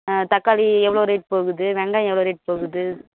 ஆ தக்காளி எவ்வளோ ரேட் போகுது வெங்காயம் எவ்வளோ ரேட் போகுது